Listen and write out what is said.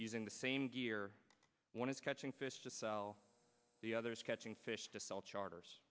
using the same gear one is catching fish to sell the others catching fish to sell charters